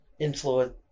influence